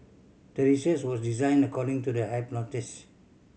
the research was designed according to the hypothesis